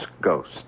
ghost